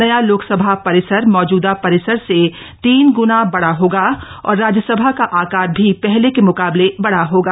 नया लोकसभा परिसर मौजूदा परिसर से तीन गुना बड़ा होगा और राज्यसभा का आकार भी पहले के मुकाबले बड़ा होगा